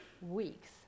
weeks